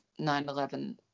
9-11